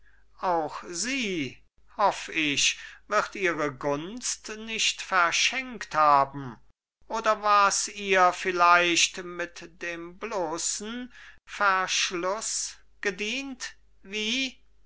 boden auch sie hoff ich wird ihre gunst nicht verschenkt haben oder war's ihr vielleicht mit dem bloßen verschluß gedient wie